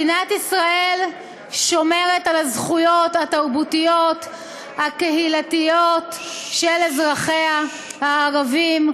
מדינת ישראל שומרת גם על הזכויות התרבותיות הקהילתיות של אזרחיה הערבים,